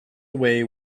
away